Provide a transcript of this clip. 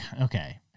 okay